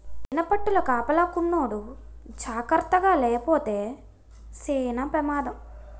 తేనిపట్టుల కాపలాకున్నోడు జాకర్తగాలేపోతే సేన పెమాదం